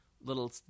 little